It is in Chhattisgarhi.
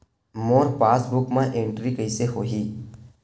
मोर पासबुक मा एंट्री कइसे होही?